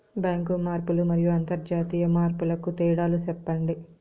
Bank మార్పులు మరియు అంతర్జాతీయ మార్పుల కు తేడాలు సెప్పండి?